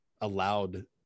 allowed